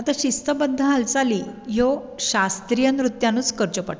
आतां शिस्तबद्ध हालचाली ह्यो शास्त्रीय नृत्यानूच करच्यो पडटा